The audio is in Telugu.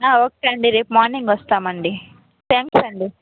ఓకే అండి రేపు మార్నింగ్ వస్తామండి థాంక్స్ అండి